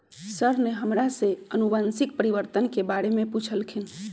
sir ने हमरा से अनुवंशिक परिवर्तन के बारे में पूछल खिन